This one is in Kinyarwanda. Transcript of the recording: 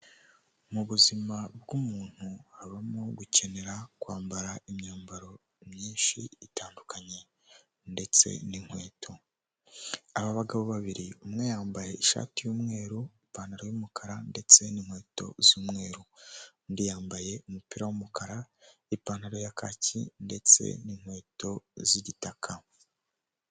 Mu buzima bw'umuntu habamo gukenera kwambara imyambaro myinshi itandukanye ndetse n'inkweto aba bagabo babiri, umwe yambaye ishati y'umweru, ipantaro y'umukara ndetse n'inkweto z'umweru undi yambaye umupira w'umukara n'ipantaro ya kacyi ndetse n'inkweto z'igitaka.